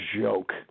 joke